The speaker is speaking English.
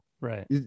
Right